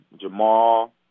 Jamal